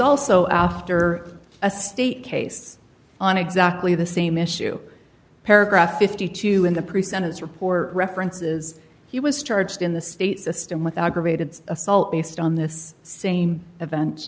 also after a state case on exactly the same issue paragraph fifty two dollars in the pre sentence report references he was charged in the state system with aggravated assault based on this same event